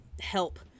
help